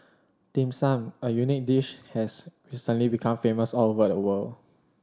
Dim Sum a unique dish has recently become famous all over the world